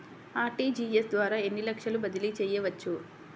RTGS ద్వారా ఎన్ని లక్షలు బదిలీ చేయవచ్చు?